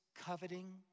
coveting